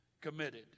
committed